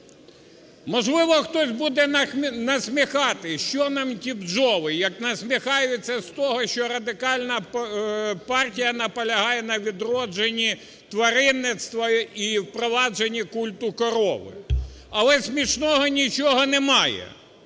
Можливо, хтось буде насміхатись, що нам ті бджоли? Як насміхаються з того, що Радикальна партія наполягає на відродженні тваринництва і впровадженні культу корови. Але смішного нічого немає.